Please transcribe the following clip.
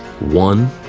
one